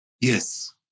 Yes